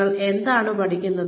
നിങ്ങൾ എന്താണ് പഠിക്കുന്നത്